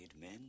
men